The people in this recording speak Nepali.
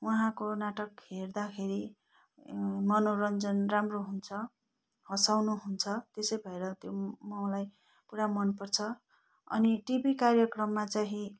उहाँको नाटक हेर्दाखेरि मनोरञ्जन राम्रो हुन्छ हँसाउनु हुन्छ त्यसै भएर त्यो मलाई पुरा मनपर्छ अनि टिभी कार्यक्रममा चाँहि